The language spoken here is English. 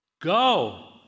Go